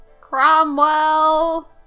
Cromwell